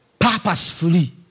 purposefully